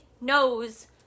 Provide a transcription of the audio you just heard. knows